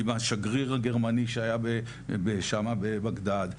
עם השגריר הגרמני שהיה שמה בבגדד,